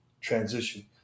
transition